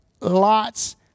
lots